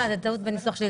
סליחה, זאת טעות בניסוח שלי.